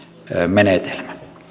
menetelmä